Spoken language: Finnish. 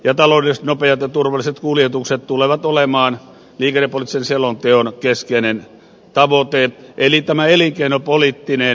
taloudelliset nopeat ja turvalliset kuljetukset tulevat olemaan liikennepoliittisen selonteon keskeinen tavoite eli tämä elinkeinopoliittinen näkökulma painottuu